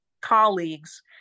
colleagues